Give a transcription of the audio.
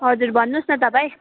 हजुर भन्नुहोस् न तपाईँ